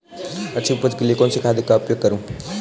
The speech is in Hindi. अच्छी उपज के लिए कौनसी खाद का उपयोग करूं?